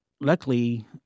luckily